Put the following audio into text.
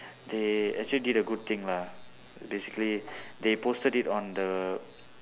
they actually did a good thing lah basically they posted it on the